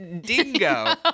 Dingo